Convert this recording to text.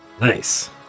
nice